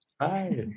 Hi